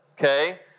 okay